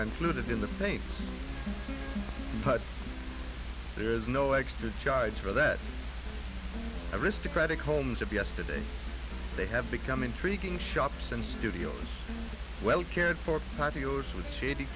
paint but there is no extra charge for that aristocratic homes of yesterday they have become intriguing shops and studios well cared for patios with shady